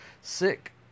sick